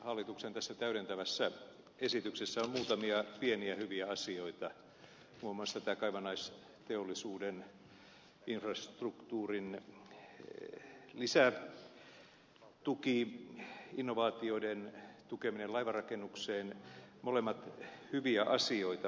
hallituksen täydentävässä esityksessä on muutamia pieniä hyviä asioita muun muassa kaivannaisteollisuuden infrastruktuurin lisätuki innovaatioiden tukeminen lai vanrakennukseen molemmat hyviä asioita